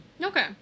okay